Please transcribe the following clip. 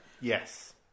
Yes